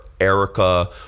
Erica